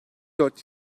dört